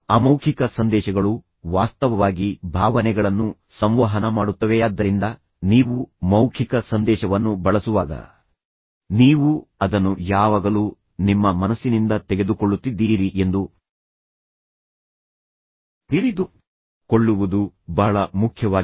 ಅಮೌಖಿಕ ಸಂದೇಶಗಳು ವಾಸ್ತವವಾಗಿ ಭಾವನೆಗಳನ್ನು ಸಂವಹನ ಮಾಡುತ್ತವೆಯಾದ್ದರಿಂದ ನೀವು ಮೌಖಿಕ ಸಂದೇಶವನ್ನು ಬಳಸುವಾಗ ನೀವು ಅದನ್ನು ಯಾವಾಗಲೂ ನಿಮ್ಮ ಮನಸ್ಸಿನಿಂದ ತೆಗೆದುಕೊಳ್ಳುತ್ತಿದ್ದೀರಿ ಎಂದು ತಿಳಿದು ಕೊಳ್ಳುವುದು ಬಹಳ ಮುಖ್ಯವಾಗಿದೆ